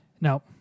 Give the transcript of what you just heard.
No